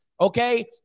okay